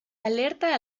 alerta